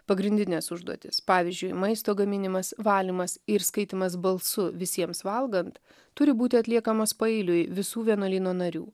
pagrindinės užduotys pavyzdžiui maisto gaminimas valymas ir skaitymas balsu visiems valgant turi būti atliekamas paeiliui visų vienuolyno narių